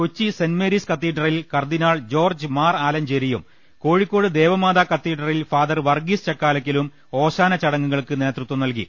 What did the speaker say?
Kochi Saint Mary's കത്തീഡ്രലിൽ cardinal George Mar ആലഞ്ചേരിയും കോഴിക്കോട് ദേവമാതാ കത്തീഡ്രലിൽ ഫാദർ വർഗ്ഗീസ് ചക്കാലക്കലും ഓശാന ചടങ്ങു കൾക്ക് നേതൃത്വം നൽകി